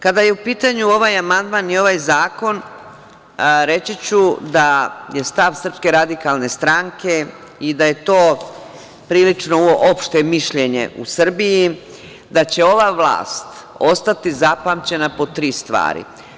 Kada je u pitanju ovaj amandman i ovaj zakon, reći ću da je stav Srpske radikalne stranke i da je to prilično opšte mišljenje u Srbiji, da će ova vlast ostati zapamćena po tri stvari.